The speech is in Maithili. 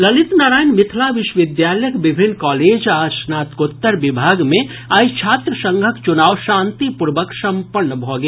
ललित नारायण मिथिला विश्वविद्यालयक विभिन्न कॉलेज आ स्नातकोत्तर विभाग मे आइ छात्र संघक चुनाव शांतिपूर्वक संपन्न भऽ गेल